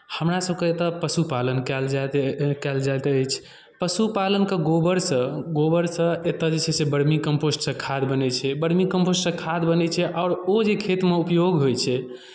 हमरासभके एतय पशु पालन कयल जाइत कयल जाइत अछि पशु पालनके गोबरसँ गोबरसँ एतय जे छै से वर्मी कम्पोस्टसँ खाद बनै छै वर्मी कम्पोस्टसँ खाद बनै छै आओर ओ जे खेतमे उपयोग होइ छै